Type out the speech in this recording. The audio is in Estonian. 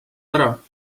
ära